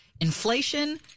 inflation